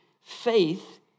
faith